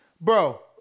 Bro